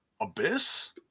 Abyss